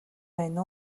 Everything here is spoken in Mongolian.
байна